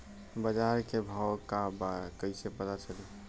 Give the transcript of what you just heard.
बाजार के भाव का बा कईसे पता चली?